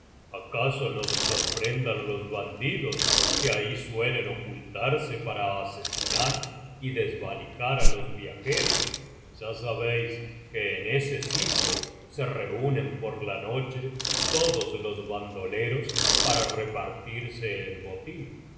acaso nos sorprendan los bandidos que ahí suelen ocultarse para asesinar y desvalijar á los viajeros ya sabéis que en ese sitio se reúnen por la noche todos los bandoleros para repartirse el botín